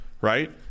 right